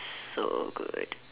so good